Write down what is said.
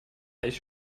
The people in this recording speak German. gleich